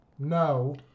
No